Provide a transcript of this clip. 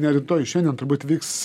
ne rytoj šiandien turbūt vyks